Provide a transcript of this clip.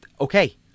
Okay